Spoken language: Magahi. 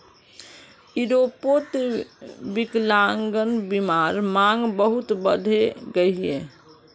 यूरोपोत विक्लान्ग्बीमार मांग बहुत बढ़े गहिये